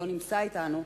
שלא נמצא אתנו,